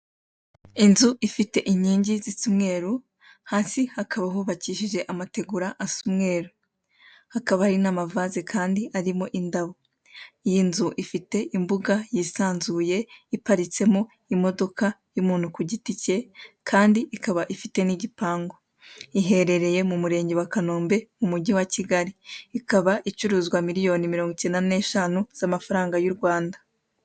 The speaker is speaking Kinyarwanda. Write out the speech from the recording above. Inzu ifite inkingi zisa umweru, hasi haba hubakishije amategura asa umweru hakaba hari namavaze kandi arimo indabo. Iyi nzu ifite imbuga yisanzuye, iparitsemo imodoka y'umuntu kugiti cye kandi ikapa ifite n'igipangu. Iherereye mu murenge wa kanombe, umugi wa kigali. Ikaba icuruzwa miriyoni mirongo icyenda n'eshanu y'amafaranga y'urwanda.